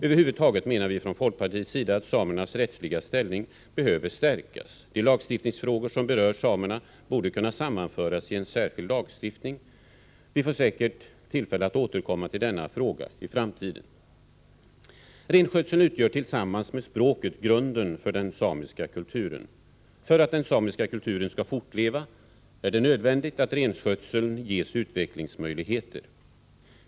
Över huvud taget menar vi från folkpartiets sida att samernas rättsliga ställning behöver stärkas. De lagstiftningsfrågor som berör samerna borde kunna sammanföras i en särskild lagstiftning. Vi får säkert tillfälle att återkomma till denna fråga i framtiden. Renskötseln utgör tillsammans med språket grunden för den samiska kulturen. För att den samiska kulturen skall fortleva är det nödvändigt att renskötseln ges utvecklingsmöjligheter.